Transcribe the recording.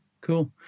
cool